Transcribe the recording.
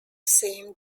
same